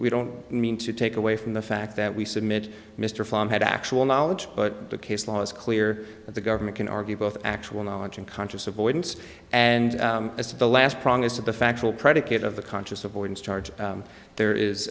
we don't mean to take away from the fact that we submit mr flamm had actual knowledge but the case law is clear that the government can argue both actual knowledge and conscious avoidance and as the last promise of the factual predicate of the conscious avoidance charge there is